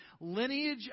lineage